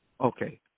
Okay